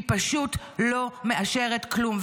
היא פשוט לא מאשרת כלום.